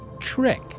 trick